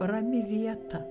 rami vieta